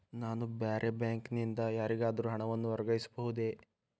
ನಾನು ಬೇರೆ ಬ್ಯಾಂಕ್ ನಿಂದ ಯಾರಿಗಾದರೂ ಹಣವನ್ನು ವರ್ಗಾಯಿಸಬಹುದೇ?